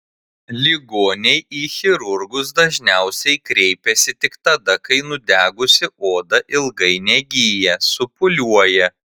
ligoniai į chirurgus dažniausiai kreipiasi tik tada kai nudegusi oda ilgai negyja supūliuoja